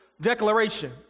declaration